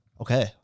Okay